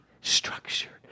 structured